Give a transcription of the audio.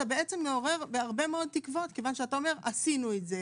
אתה בעצם מעורר הרבה מאוד תקוות כיוון שאתה אומר עשינו את זה,